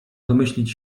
domyślić